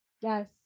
yes